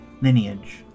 lineage